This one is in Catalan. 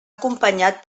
acompanyat